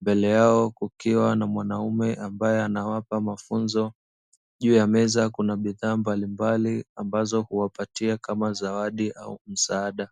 mbele yao kukiwa na mwanaume ambaye anawapa mafunzo, juu ya meza kuna bidhaa mbalimbali ambazo huwapatia kama zawadi ama msaada.